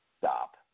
Stop